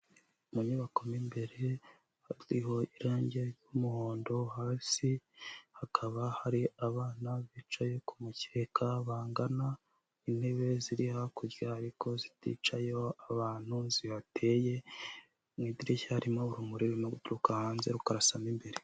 Mu nyubako mo imbere hatewe irangi ry'umuhondo, hasi hakaba hari abana bicaye ku mukeka bangana, intebe ziri hakurya ariko ziticayeho abantu zihateye, mu idirishya harimo urumuri rurimo guturuka hanze rukarasamo imbere.